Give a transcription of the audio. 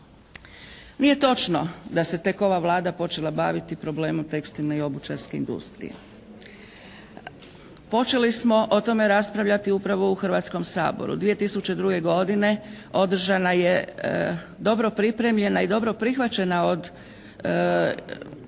Nije točno da se tek ova Vlada počela baviti problemom tekstilne i obućarske industrije. Počeli smo o tome raspravljati upravo u Hrvatskom saboru. 2002. godine održana je dobro pripremljena i dobro prihvaćena od